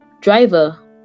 driver